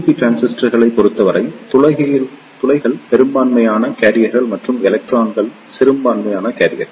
B டிரான்சிஸ்டர்களைப் பொறுத்தவரை துளைகள் பெரும்பான்மையான கேரியர்கள் மற்றும் எலக்ட்ரான்கள் சிறுபான்மை கேரியர்கள்